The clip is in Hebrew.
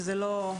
שזה לא,